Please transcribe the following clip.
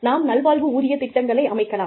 நாம் நல்வாழ்வு ஊதிய திட்டங்களை அமைக்கலாம்